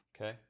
Okay